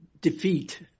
defeat